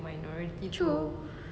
true